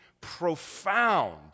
profound